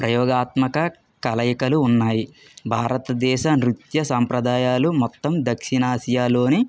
ప్రయోగాత్మక కలయికలు ఉన్నాయి భారతదేశ నృత్య సంప్రదాయాలు మొత్తం దక్షిణాసియాలోని